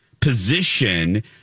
position